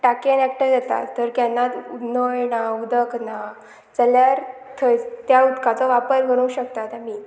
टाकयेन एकटो जाता तर केन्नाच नळ ना उदक ना जाल्यार थंय त्या उदकाचो वापर करूंक शकतात आमी